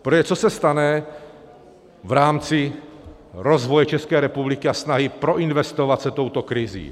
Protože co se stane v rámci rozvoje České republiky a snahy proinvestovat se touto krizí?